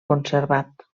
conservat